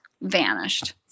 vanished